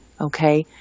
okay